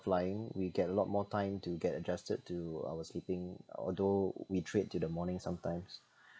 flying we get a lot more time to get adjusted to our sleeping although we trade till the morning sometimes